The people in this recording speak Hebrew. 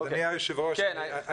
אדוני היושב-ראש,